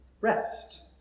rest